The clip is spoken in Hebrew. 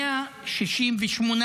במעצר ובבית משפט,